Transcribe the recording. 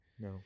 No